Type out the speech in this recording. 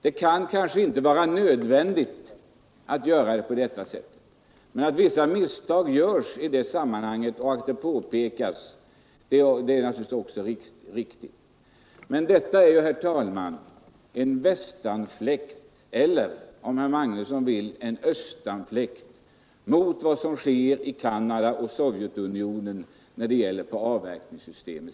Det är kanske inte nödvändigt att hugga på detta sätt, men vissa misstag görs i det sammanhanget, och att det påpekas är naturligtvis riktigt. Men detta, herr talman, är en västanfläkt eller — om herr Magnusson i Kristinehamn vill — en östanfläkt mot vad som sker i Canada och Sovjetunionen på avverkningssidan.